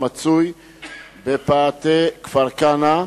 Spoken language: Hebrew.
המצוי בפאתי כפר-כנא.